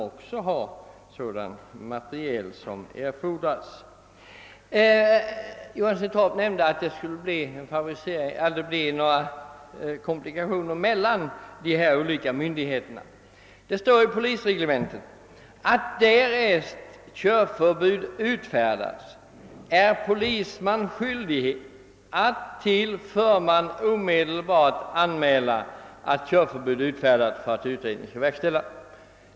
Vidare sade herr Johansson i Torp att det kan bli en del komplikationer om två olika myndigheter skall samarbeta. Det står emellertid i polisreglementet att därest körförbud utfärdas är polisman skyldig att till förman omedelbart anmäla att förbud utfärdats så att utredning kan verkställas.